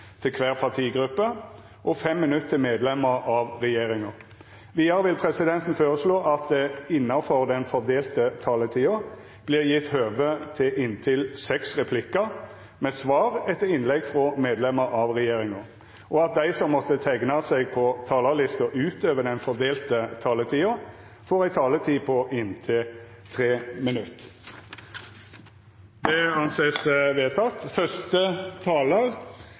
til kvar partigruppe og 5 minutt til medlemer av regjeringa. Vidare vil presidenten føreslå at det – innanfor den fordelte taletida – vert gjeve høve til inntil 6 replikkar med svar etter innlegg frå medlemer av regjeringa, og at dei som måtte teikna seg på talarlista utover den fordelte taletida, får ei taletid på inntil 3 minutt. – Det